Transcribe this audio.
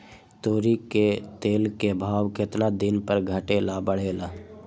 तोरी के तेल के भाव केतना दिन पर घटे ला बढ़े ला?